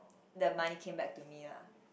the money came back to me lah